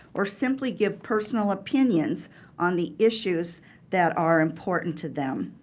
or simply give personal opinions on the issues that are important to them.